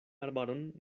arbaron